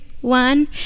one